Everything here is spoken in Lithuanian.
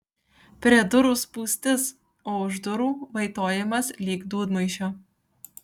prie durų spūstis o už durų vaitojimas lyg dūdmaišio